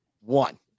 One